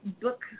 book